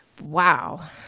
Wow